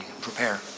prepare